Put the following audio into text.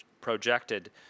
projected